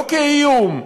לא כאיום,